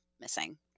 missing